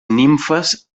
nimfes